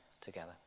together